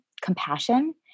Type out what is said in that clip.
compassion